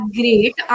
great